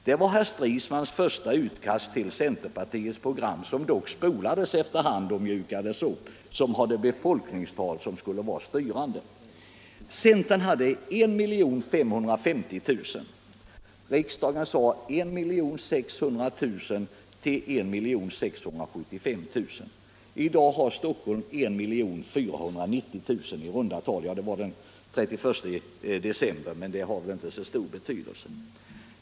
Det var herr Stridsmans första utkast till centerpartiets program, som dock spolades efter hand och mjukades upp, som hade befolkningstal som skulle vara styrande. Centern angav 1 550 000, riksdagen sade 1 600 000-1 675 000. I dag har Stockholms län i runt tal 1490 000 invånare — det var den 31 december 1974, men det har väl inte så stor betydelse.